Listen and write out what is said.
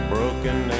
Broken